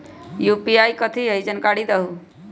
UPI कथी है? जानकारी दहु